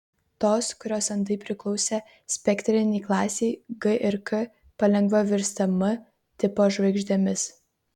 tos kurios andai priklausė spektrinei klasei g ir k palengva virsta m tipo žvaigždėmis